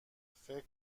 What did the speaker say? فکر